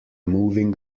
moving